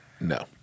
no